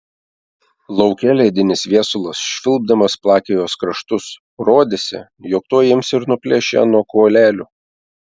lauke ledinis viesulas švilpdamas plakė jos kraštus rodėsi jog tuoj ims ir nuplėš ją nuo kuolelių